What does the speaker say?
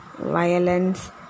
violence